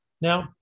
Now